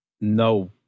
No